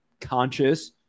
conscious